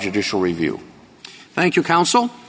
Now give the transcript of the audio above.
judicial review thank you counsel